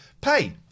Pay